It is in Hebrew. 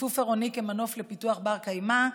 ציפוף עירוני כמנוף לפיתוח בר-קיימא,